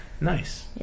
nice